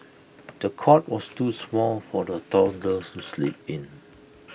the cot was too small for the toddler to sleep in